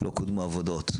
לא קודמו עבודות.